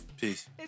Peace